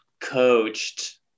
coached